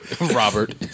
Robert